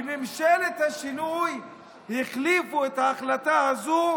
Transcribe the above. בממשלת השינוי החליפו את ההחלטה הזו